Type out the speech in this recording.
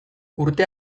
urte